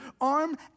arm